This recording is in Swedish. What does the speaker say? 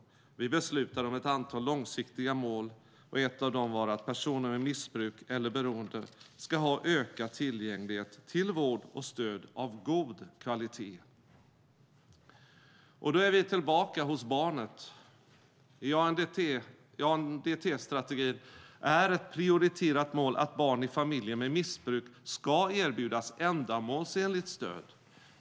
Vi beslutade om ett antal långsiktiga mål. Ett av dem var att personer med missbruk eller beroende ska ha ökad tillgänglighet till vård och stöd av god kvalitet. Och då är vi tillbaka hos barnet. I ANDT-strategin är ett prioriterat mål att barn i familjer med missbruk ska erbjudas ändamålsenligt stöd.